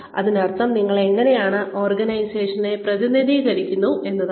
അതിനർത്ഥം നിങ്ങൾ എങ്ങനെയാണ് ഓർഗനൈസേഷനെ പ്രതിനിധീകരിക്കുന്നത് എന്നതാണ്